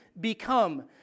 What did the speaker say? become